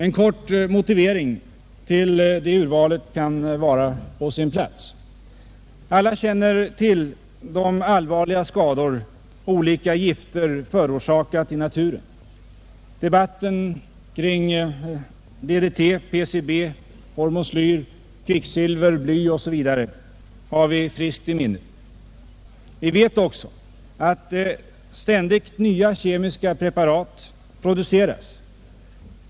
En kort motivering till det urvalet kan vara på sin plats. Alla känner till de allvarliga skador olika gifter förorsakat i naturen. Debatterna kring DDT, PCB, hormoslyr, kvicksilver, bly osv. har vi i friskt minne. Vi vet också att ständigt nya kemiska preparat produceras.